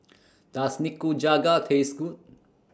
Does Nikujaga Taste Good